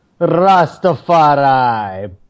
Rastafari